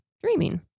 dreaming